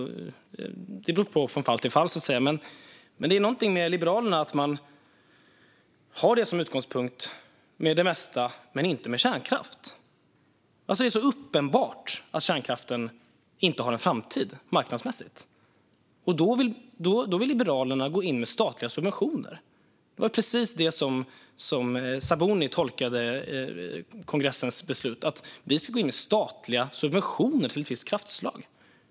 Det varierar från fall till fall, så att säga. Men Liberalerna har för det mesta det som utgångspunkt men inte när det gäller kärnkraft. Det är uppenbart att kärnkraften inte har en marknadsmässig framtid. Då vill Liberalerna gå in med statliga subventioner. Det var precis så Sabuni tolkade kongressens beslut: att man ska gå in med statliga subventioner till ett visst kraftslag.